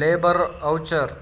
labour voucher